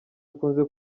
akunze